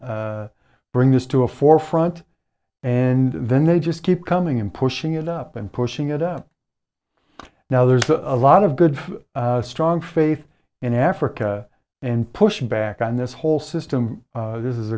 we bring this to a forefront and then they just keep coming and pushing it up and pushing it up now there's a lot of good strong faith in africa and pushing back on this whole system this is